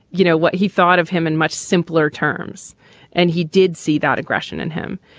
you know, what he thought of him in much simpler terms and he did see that aggression in him.